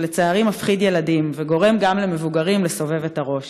שלצערי מפחיד ילדים וגורם גם למבוגרים לסובב את הראש.